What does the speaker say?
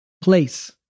Place